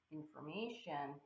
information